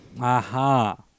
Aha